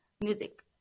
Music